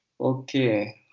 Okay